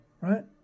right